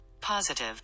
Positive